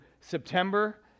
September